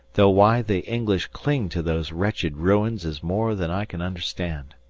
though why the english cling to those wretched ruins is more than i can understand.